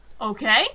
Okay